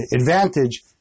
advantage